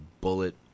bullet